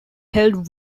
held